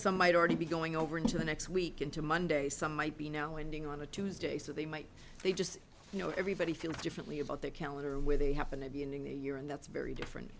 some might already be going over into the next week into monday some might be now ending on a tuesday so they might they just you know everybody feels differently about the calendar where they happen to be ending the year and that's very different